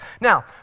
Now